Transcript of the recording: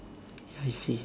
ya I see